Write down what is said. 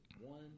one